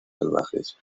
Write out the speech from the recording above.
salvajes